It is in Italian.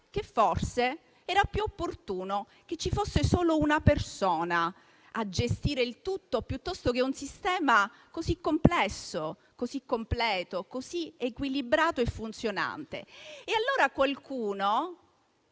che forse era più opportuno che ci fosse solo una persona a gestire il tutto piuttosto che un sistema così complesso, completo, equilibrato e funzionante. E allora qualcuno